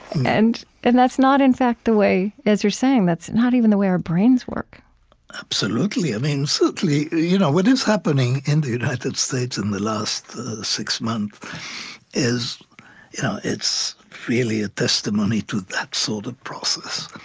and and that's not, in fact, the way as you're saying, that's not even the way our brains work absolutely. i mean certainly, you know what is happening in the united states in the last six months is it's really a testimony to that sort of process.